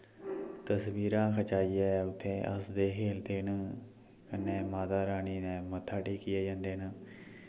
तस्वीरां खचाइयै उत्थें हस्सदे खेल्लदे न कन्नै माता रानी दे मत्था टेकियै जंदे न